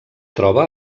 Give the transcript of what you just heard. troba